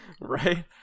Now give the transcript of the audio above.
Right